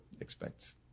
expect